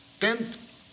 tenth